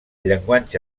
llenguatge